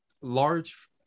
large